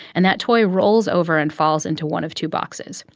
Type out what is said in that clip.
and that toy rolls over and falls into one of two boxes.